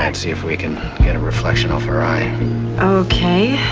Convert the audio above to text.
and see if we can get a reflection off her eye ok.